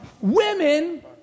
women